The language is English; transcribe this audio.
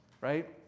right